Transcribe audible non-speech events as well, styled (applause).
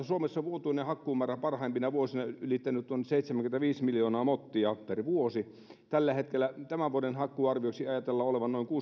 (unintelligible) suomessa vuotuinen hakkuumäärä parhaimpina vuosina on ylittänyt seitsemänkymmentäviisi miljoonaa mottia per vuosi tällä hetkellä tämän vuoden hakkuuarvion ajatellaan olevan noin